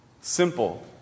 Simple